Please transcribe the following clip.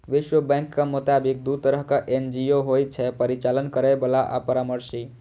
विश्व बैंकक मोताबिक, दू तरहक एन.जी.ओ होइ छै, परिचालन करैबला आ परामर्शी